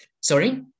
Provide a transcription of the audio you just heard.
Sorry